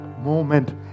moment